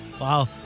Wow